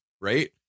right